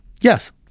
Yes